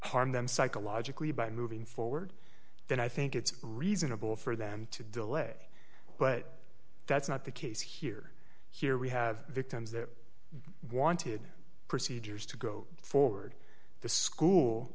harm them psychologically by moving forward then i think it's reasonable for them to delay but that's not the case here here we have victims that wanted procedures to go forward the school